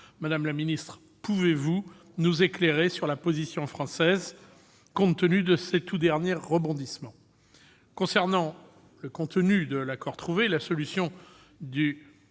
Madame la secrétaire d'État, pouvez-vous nous éclairer sur la position française, compte tenu de ces tout derniers rebondissements ? Concernant le contenu de l'accord trouvé, la solution du